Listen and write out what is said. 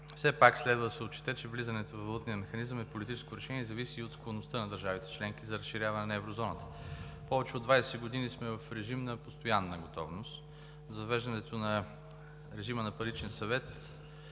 Все пак следва да се отчете, че влизането във валутния механизъм е политическо решение и зависи също от склонността на държавите членки за разширяване на еврозоната. Повече от 20 години сме в режим на постоянна готовност – с въвеждането на режима на Паричен съвет